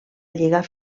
lligar